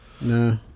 No